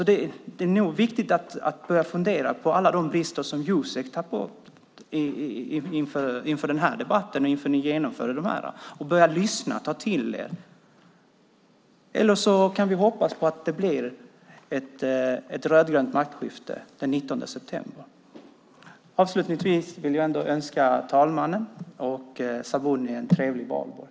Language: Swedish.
Det är viktigt att ni börjar fundera på alla de brister som Jusek pekade på inför debatten och inför genomförandet, börja lyssna och ta till er, eller så kan vi hoppas på att det blir ett rödgrönt maktskifte den 19 september. Avslutningsvis vill jag önska talmannen och Sabuni en trevlig valborg.